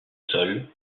sol